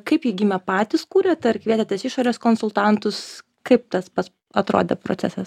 kaip ji gimė patys kūrėt ar kvietėtes išorės konsultantus kaip tas pats atrodė procesas